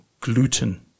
gluten